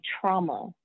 trauma